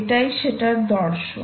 এটাই সেটার দর্শন